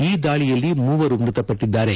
ಈ ದಾಳಯಲ್ಲಿ ಮೂವರು ಮೃತಪಟ್ಟಿದ್ದಾರೆ